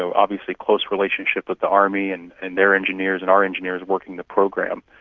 so obviously, close relationship with the army and and their engineers and our engineers working the program.